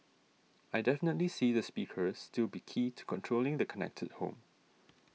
I definitely see the speaker still be key to controlling the connected home